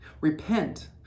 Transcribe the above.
Repent